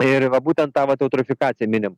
ir va būtent tą vat eutrofikaciją minim